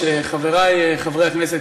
חברי חברי הכנסת,